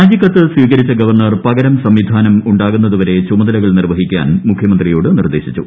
രാജിക്കത്ത് സ്വീകരിച്ച ഗവർണർ പകരം സംവിധാനം ഉണ്ടാകുന്നതുവരെ ചുമതലകൾ നിർവ്വഹിക്കാൻ മുഖ്യമന്ത്രിയോട് നിർദ്ദേശിച്ചു